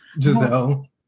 Giselle